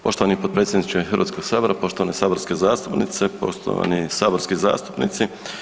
Poštovani potpredsjedniče Hrvatskog sabora, poštovane saborske zastupnice, poštovani saborski zastupnici.